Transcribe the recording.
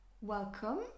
Welcome